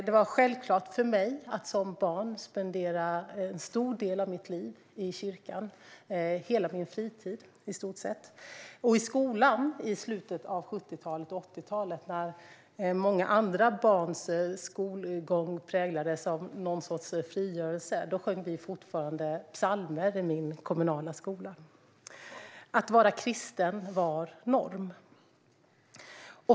Det var självklart för mig som barn att tillbringa en stor del av mitt liv i kyrkan. Det var hela min fritid, i stort sett. Och i slutet av 70-talet och på 80-talet, när många andra barns skolgång präglades av någon sorts frigörelse, sjöng vi fortfarande psalmer i min kommunala skola. Att vara kristen var norm.